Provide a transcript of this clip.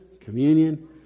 communion